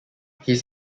his